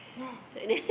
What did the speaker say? no